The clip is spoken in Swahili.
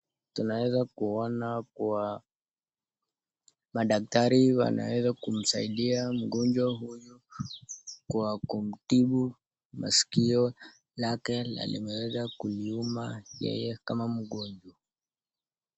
Tunaweza kuona kuwa madaktari wanaweza kumsaidia mgonjwa huyu kwa kumtibu maskio yake na limeweza kuliuma yeye kama mgonjwa.